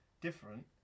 different